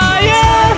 Fire